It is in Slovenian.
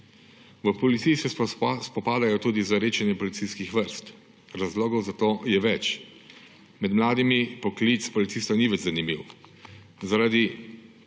V policiji se spopadajo tudi z redčenjem policijskih vrst. Razlogov za to je več. Med mladimi poklic policista ni več zanimiv.